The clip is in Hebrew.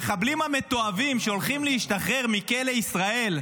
המחבלים המתועבים שהולכים להשתחרר מכלא ישראל,